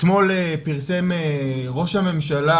אתמול פרסם ראש הממשלה,